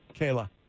Kayla